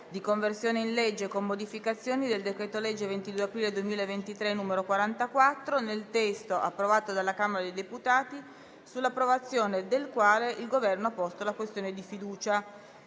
di conversione in legge, con modificazioni, del decreto-legge 22 aprile 2023, n. 44, nel testo approvato dalla Camera dei deputati, sull'approvazione del quale il Governo ha posto la questione di fiducia: